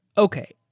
okay.